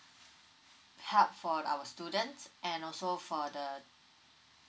help for our students and also for the